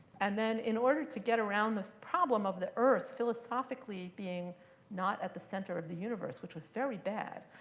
and then in order to get around this problem of the earth philosophically being not at the center of the universe, which was very bad,